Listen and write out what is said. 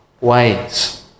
ways